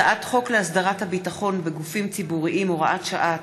הצעת חוק להסדרת הביטחון בגופים ציבוריים (הוראת שעה)